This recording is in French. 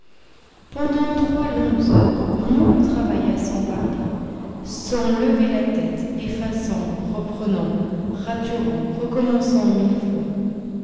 pendant trois longues heures mon oncle travailla sans parler sans lever la tête effaçant reprenant raturant recommençant mille fois